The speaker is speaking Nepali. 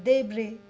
देब्रे